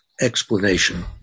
explanation